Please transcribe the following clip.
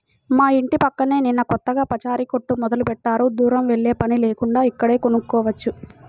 మా యింటి పక్కనే నిన్న కొత్తగా పచారీ కొట్టు మొదలుబెట్టారు, దూరం వెల్లేపని లేకుండా ఇక్కడే కొనుక్కోవచ్చు